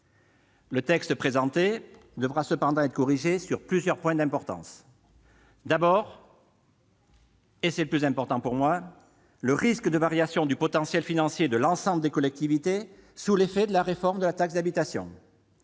est présenté devra néanmoins être corrigé sur plusieurs points d'importance. D'abord- c'est le point essentiel à mes yeux -, le risque d'une variation du potentiel financier de l'ensemble des collectivités sous l'effet de la réforme de la taxe d'habitation